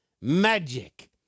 magic